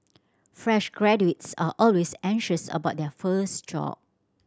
fresh graduates are always anxious about their first job